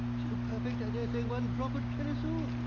so perfect i dare say one drop would kill us all!